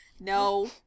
No